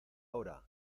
hora